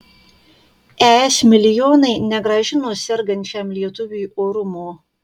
es milijonai negrąžino sergančiam lietuviui orumo